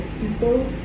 people